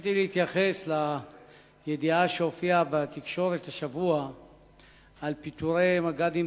רציתי להתייחס לידיעה שהופיעה בתקשורת השבוע על פיטורי מג"דים